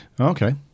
Okay